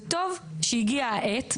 וטוב שהגיעה העת,